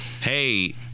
Hey